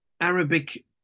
Arabic